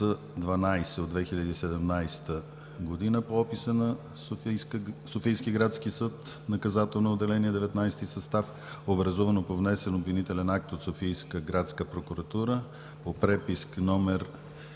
С-12 от 2017 г. по описа на Софийски градски съд, Наказателно отделение, 19-ти състав, образувано по внесен обвинителен акт от Софийска градска прокуратура по преписка